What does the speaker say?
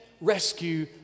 rescue